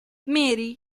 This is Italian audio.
marie